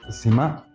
seema,